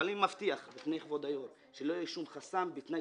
אבל אני מבטיח שלא יהיה שום חסם בתנאי